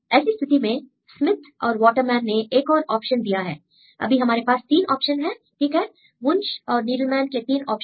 ऐसी स्थिति में स्मित और वाटरमैन ने एक और ऑप्शन दिया है अभी हमारे पास 3 ऑप्शन हैं ठीक है वुंश और नीडलमैन के 3 ऑप्शन